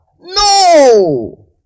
No